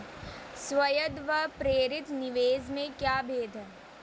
स्वायत्त व प्रेरित निवेश में क्या भेद है?